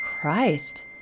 christ